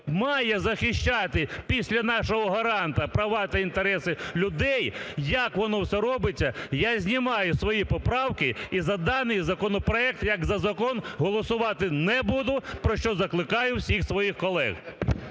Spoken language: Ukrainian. має захищати, після нашого гаранта, права та інтереси людей, як воно все робиться, я знімаю свої поправки. І за даний законопроект як за закон голосувати не буду про що закликаю всіх своїх колег.